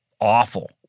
awful